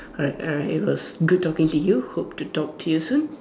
alright alright it was good talking to you hope to talk to you soon